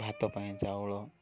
ଭାତ ପାଇଁ ଚାଉଳ